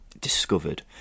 discovered